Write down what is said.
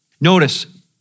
Notice